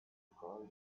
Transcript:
call